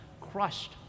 crushed